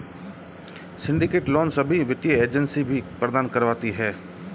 syndicate loan सभी वित्तीय agency भी प्रदान करवाती है